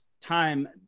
time